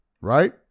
right